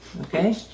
okay